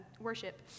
worship